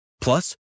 Plus